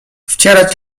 wcierać